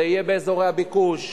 זה יהיה באזורי ביקוש,